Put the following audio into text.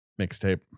Mixtape